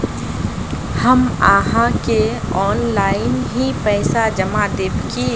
हम आहाँ के ऑनलाइन ही पैसा जमा देब की?